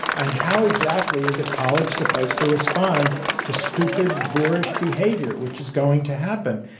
and how exactly is a college supposed to respond to stupid, boorish behavior, which is going to happen?